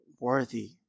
worthy